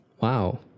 wow